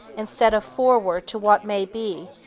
instead of forward to what may be,